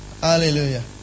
Hallelujah